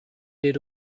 did